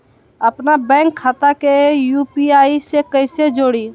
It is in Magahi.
अपना बैंक खाता के यू.पी.आई से कईसे जोड़ी?